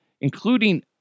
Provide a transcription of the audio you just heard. including